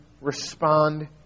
respond